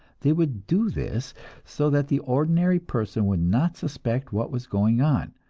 they would do this so that the ordinary person would not suspect what was going on,